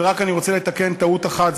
אני רק רוצה לתקן טעות אחת.